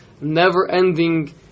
never-ending